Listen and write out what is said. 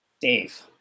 Dave